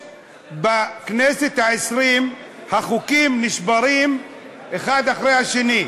בכנסת העשרים החוקים נשברים אחד אחרי השני.